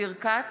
אופיר כץ,